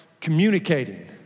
communicating